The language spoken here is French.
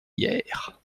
hyères